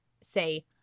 say